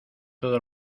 todo